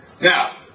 Now